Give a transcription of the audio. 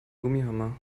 gummihammer